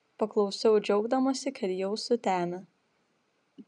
paklausiau džiaugdamasi kad jau sutemę